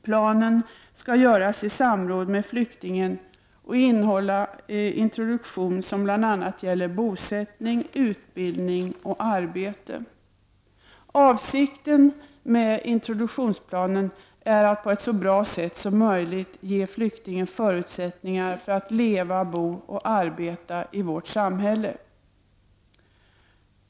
Planen skall utarbetas i samråd med flyktingen och innehålla introduktion som bl.a. gäller bosättning, utbildning och arbete. Avsikten med introduktionsplanen är att på ett så bra sätt som möjligt ge flyktingen förutsättningar att leva, bo och arbeta i vårt samhälle.